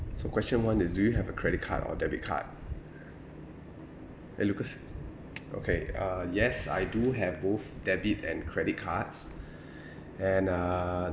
so question one is do you have a credit card or debit card and lucas okay uh yes I do have both debit and credit cards and uh